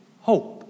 Hope